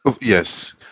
Yes